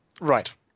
right